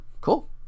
cool